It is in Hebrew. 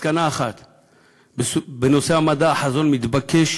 מסקנה אחת: בנושא המדע החזון מתבקש